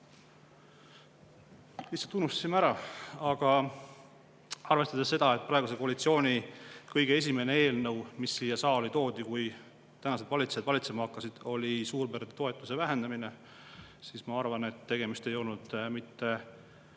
lihtsalt unustasime ära. Aga arvestades seda, et praeguse koalitsiooni kõige esimene eelnõu, mis siia saali toodi, kui tänased valitsejad valitsema hakkasid, oli suurperetoetuse vähendamine, siis ma arvan, et tegemist ei olnud